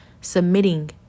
submitting